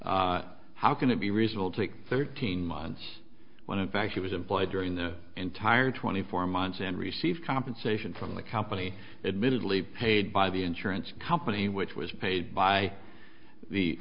how can it be reasonable to take thirteen months when in fact she was employed during the entire twenty four months and receive compensation from the company admittedly paid by the insurance company which was paid by the